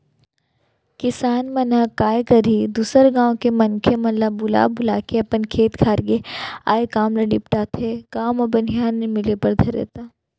किसान मन ह काय करही दूसर गाँव के मनखे मन ल बुला बुलाके अपन खेत खार के आय काम ल निपटाथे, गाँव म बनिहार नइ मिले बर धरय त